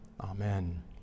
Amen